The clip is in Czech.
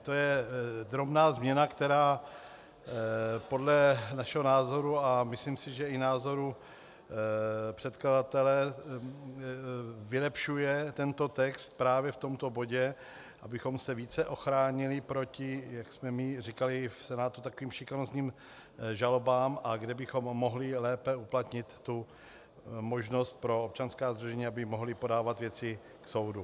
To je drobná změna, která podle našeho názoru a myslím si, že i názoru předkladatele vylepšuje tento text právě v tomto bodě, abychom se více ochránili proti, jak jsme my říkali v Senátu, takovým šikanózním žalobám, a kde bychom mohli lépe uplatnit tu možnost pro občanská sdružení, aby mohla podávat věci soudu.